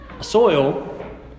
Soil